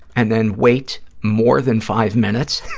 and then wait more than five minutes,